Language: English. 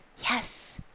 yes